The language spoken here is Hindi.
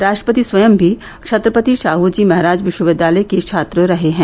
रा ट्रपति स्वयं भी छत्रपति ाहू जी महराज विश्वविद्यालय के छात्र रहे हैं